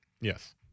Yes